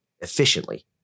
efficiently